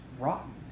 rotten